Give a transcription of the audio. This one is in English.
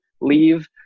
leave